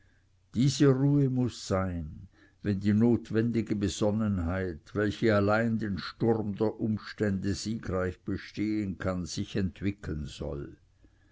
diese ruhe muß sein wenn die notwendige besonnenheit welche alleine den sturm der umstände siegreich bestehen kann sich entwickeln soll